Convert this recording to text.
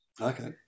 okay